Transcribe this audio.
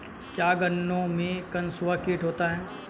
क्या गन्नों में कंसुआ कीट होता है?